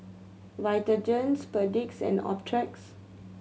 Vitagen Perdix and Optrex